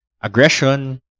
aggression